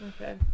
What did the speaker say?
Okay